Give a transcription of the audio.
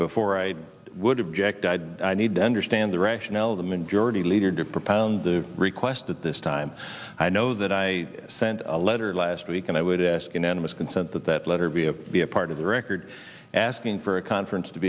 before i would object i'd need to understand the rationale the majority leader did propound the request at this time i know that i sent a letter last week and i would ask unanimous consent that that letter be a be a part of the record asking for a conference to